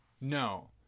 No